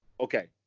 Okay